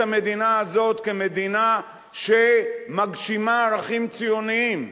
המדינה הזאת כמדינה שמגשימה ערכים ציוניים.